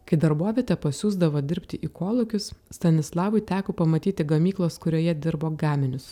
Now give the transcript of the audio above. kai darbovietė pasiųsdavo dirbti į kolūkius stanislavui teko pamatyti gamyklos kurioje dirbo gaminius